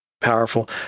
powerful